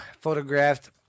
photographed